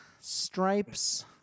stripes